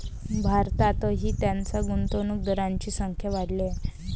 भारतातही त्यात गुंतवणूक करणाऱ्यांची संख्या वाढली आहे